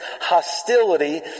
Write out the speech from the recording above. hostility